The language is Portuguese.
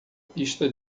pista